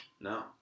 No